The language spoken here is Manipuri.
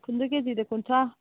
ꯐꯨꯟꯗꯨ ꯀꯦ ꯖꯤꯗ ꯀꯨꯟꯊ꯭ꯔꯥ